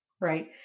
Right